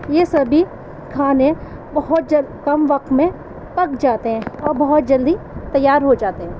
یہ سبھی کھانے بہت جلد کم وقت میں پک جاتے ہیں اور بہت جلدی تیار ہوجاتے ہیں